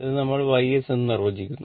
ഇത് നമ്മൾ Y S എന്ന് നിർവ്വചിക്കുന്നു